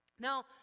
now